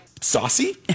saucy